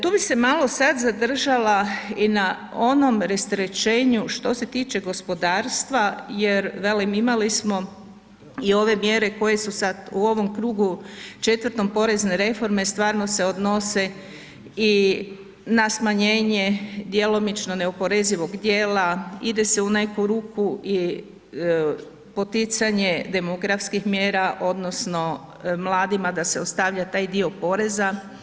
Tu bi se malo sad zadržala i na onom rasterećenju što se tiče gospodarstva jer velim, imali smo i ove mjere koje su sad u ovom krugu, 4. porezne reforme stvarno se odnose i na smanjenje djelomično neoporezivog dijela, ide se u neku ruku poticanje demografskih mjera odnosno mladima da se ostavlja taj dio poreza.